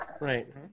Right